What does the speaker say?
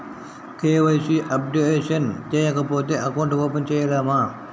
KYC updation చేయకపోతే account open చేయలేమా?